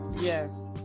yes